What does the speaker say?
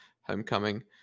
Homecoming